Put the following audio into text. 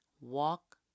Walk